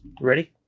Ready